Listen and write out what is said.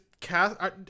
cast